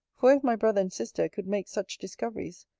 for, if my brother and sister could make such discoveries,